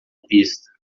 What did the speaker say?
pista